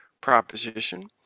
proposition